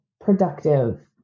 productive